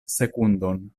sekundon